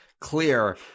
clear